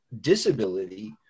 disability